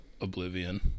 Oblivion